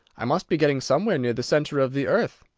i must be getting somewhere near the centre of the earth.